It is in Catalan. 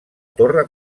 torre